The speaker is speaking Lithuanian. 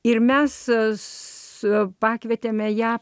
ir mes su pakvietėme ją